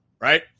right